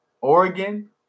Oregon